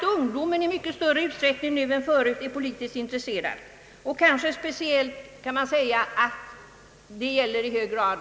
Men det går ju inte alltid som man tänker sig.